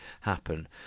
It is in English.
happen